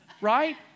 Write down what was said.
Right